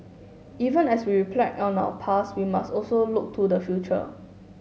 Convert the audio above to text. even as we reflect on our past we must also look to the future